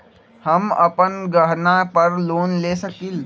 हम अपन गहना पर लोन ले सकील?